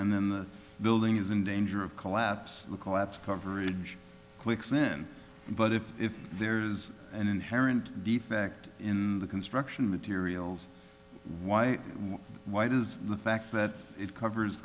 and then the building is in danger of collapse the collapse coverage clicks in but if there is an inherent defect in the construction materials why what why does the fact that it covers